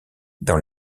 dans